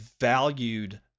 valued